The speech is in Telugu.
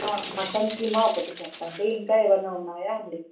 మటన్ కీమా ఒకటి చెప్పండి ఇంకా ఏమైనా ఉన్నాయా అండి